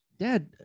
dad